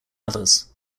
others